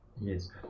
Yes